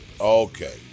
Okay